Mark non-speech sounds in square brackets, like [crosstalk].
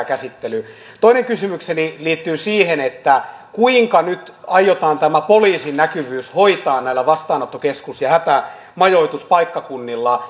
[unintelligible] käsittely toinen kysymykseni liittyy siihen että kuinka nyt aiotaan tämä poliisin näkyvyys hoitaa näillä vastaanottokeskus ja hätämajoituspaikkakunnilla [unintelligible]